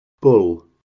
bull